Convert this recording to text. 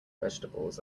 vegetables